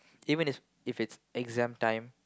even if if it's exam time